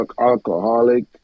alcoholic